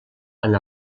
han